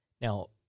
Now